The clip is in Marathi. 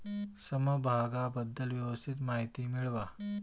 समभागाबद्दल व्यवस्थित माहिती मिळवा